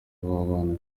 bana